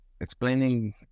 explaining